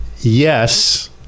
Yes